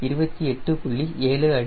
7 அடி